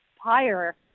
higher